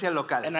local